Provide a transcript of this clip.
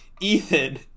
ethan